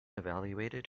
evaluated